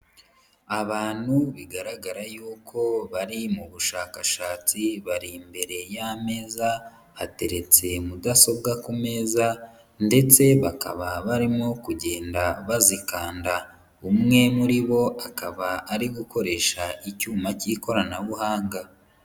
Abantu bigaragara yuko bari mu bushakashatsi bari imbere y'ameza, hateretse mudasobwa ku meza ndetse bakaba barimo kugenda bazikanda, umwe muri bo akaba ari gukoresha icyuma k'ikoranabuhanga.